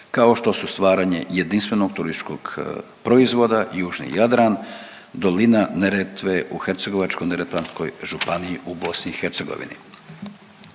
kao što su stvaranje jedinstvenog turističkog proizvoda južni Jadran, dolina Neretve u Hercegovačko-neretvanskoj županiji u BIH. Glede